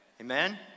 amen